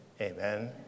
Amen